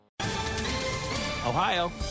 Ohio